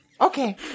Okay